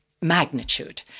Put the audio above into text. magnitude